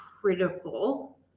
critical